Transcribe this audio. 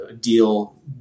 deal